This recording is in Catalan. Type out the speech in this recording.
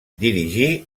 dirigí